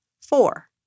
Four